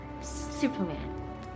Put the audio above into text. Superman